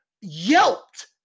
yelped